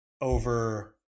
over